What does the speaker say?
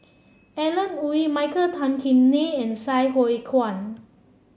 Alan Oei Michael Tan Kim Nei and Sai Hua Kuan